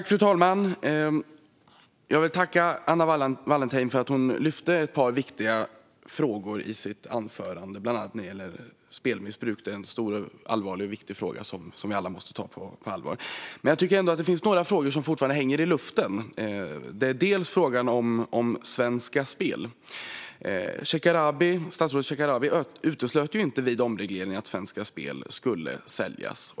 Fru talman! Jag vill tacka Anna Wallentheim för att hon lyfte ett par viktiga frågor i sitt anförande, bland annat när det gäller spelmissbruk. Det är en stor och viktig fråga som vi alla måste ta på allvar. Men jag tycker att det finns några frågor som fortfarande hänger i luften. Det är bland annat frågan om Svenska Spel. Statsrådet Shekarabi uteslöt inte vid omregleringen att Svenska Spel skulle säljas.